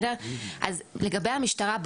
לגבי המשטרה,